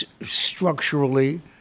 structurally